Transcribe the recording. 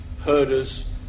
herders